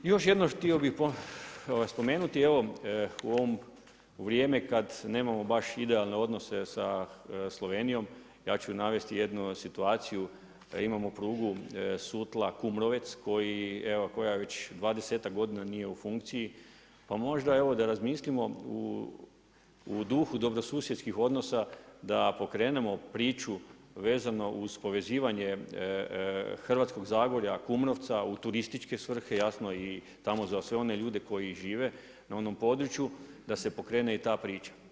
Još jednom, htio bi spomenuti, evo u ovo vrijeme kad nemamo baš idealne odnose sa Slovenijom, ja ću navesti jednu situaciju, da imamo u klubu Sutla Kumrovec koja već 20-tak godina nije u funkciji, pa možda evo da razmislimo u duhu dobro susjedskih odnosa, da pokrenemo priču, vezano uvaženi zastupnik povezivanje Hrvatskog zagorja, Kumrovca u turističke svrhe, jasno i tamo za sve one ljude koji žive na onom području, da se pokrene i ta priča.